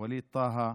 ווליד טאהא,